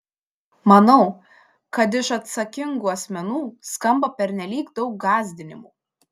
manau kad iš atsakingų asmenų skamba pernelyg daug gąsdinimų